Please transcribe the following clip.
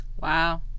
Wow